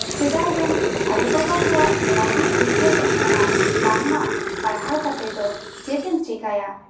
ᱥᱮᱫᱟᱭ ᱨᱮᱱ ᱟᱹᱭᱩᱼᱵᱟᱵᱟ ᱠᱚᱣᱟᱜ ᱱᱚᱣᱟᱜᱮ ᱩᱭᱦᱟᱹᱨ ᱛᱟᱦᱮᱸ ᱠᱟᱱᱟ ᱵᱟᱝᱢᱟ ᱯᱟᱲᱦᱟᱣ ᱠᱟᱛᱮ ᱫᱚ ᱪᱮᱫ ᱮᱢ ᱪᱤᱠᱟᱭᱟ